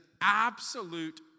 absolute